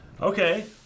Okay